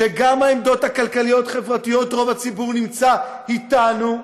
שגם בעמדות הכלכליות-חברתיות רוב הציבור נמצא אתנו,